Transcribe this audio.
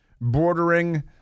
bordering